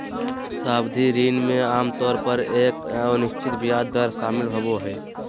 सावधि ऋण में आमतौर पर एक अनिश्चित ब्याज दर शामिल होबो हइ